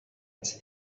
made